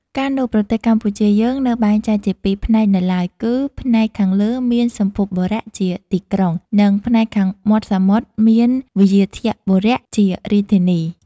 កាលនោះ ប្រទេសកម្ពុជាយើងនៅបែងចែកជាពីរផ្នែកនៅឡើយ គឺផ្នែកខាងលើមានសម្ភុបុរៈជាទីក្រុង និងផ្នែកខាងមាត់សមុទ្រមានវ្យាធបុរៈជារាជធានី។